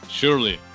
surely